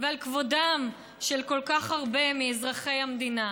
ועל כבודם של כל כך הרבה מאזרחי המדינה?